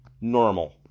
normal